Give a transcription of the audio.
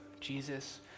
Jesus